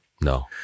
no